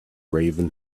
raven